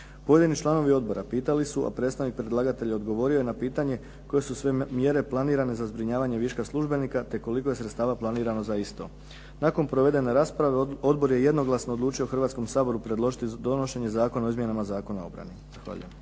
Pojedini članovi odbora pitali su, a predstavnik predlagatelja odgovorio je na pitanje, koje su sve mjere planirane za zbrinjavanje viška službenika te koliko je sredstava planirano za isto. Nakon provedene rasprave Odbor je jednoglasno odlučio Hrvatskom saboru predložiti donošenje Zakona o izmjenama Zakona o obrani.